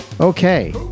okay